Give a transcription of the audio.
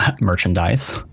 merchandise